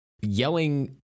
yelling